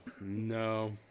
no